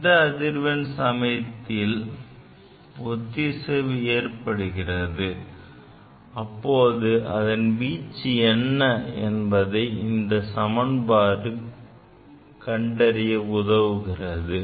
எந்த அதிர்வெண் சமயத்தில் ஒத்திசைவு ஏற்படுகிறது அப்போது அதன் வீச்சு என்ன என்பதை இந்த சமன்பாடு கண்டறிய உதவுகிறது